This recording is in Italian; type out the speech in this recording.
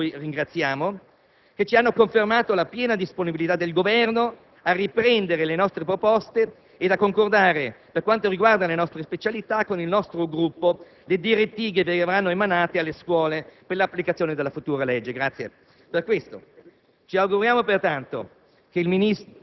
e dalla vice ministro Mariangela Bastico, che ringraziamo, che ci hanno confermato la piena disponibilità del Governo a riprendere le nostre proposte e a concordare, per quanto riguarda le nostre specialità, con il nostro Gruppo le direttive che verranno emanate alle scuole per l'applicazione della futura legge. Grazie